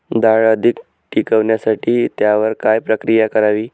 डाळ अधिक टिकवण्यासाठी त्यावर काय प्रक्रिया करावी?